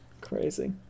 Crazy